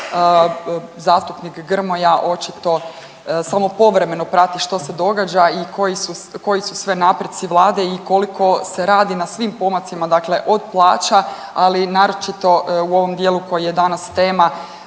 Zastupnik Grmoja očito samo povremeno prati što se događa i koji su, koji su sve napredci Vlade i koliko se radi na svim pomacima, dakle od plaća, ali i naročito u ovom dijelu koji je danas tema.